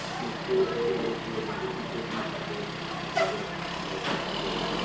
in poor areas where there isn't good rehydration, and people work while dehydrated.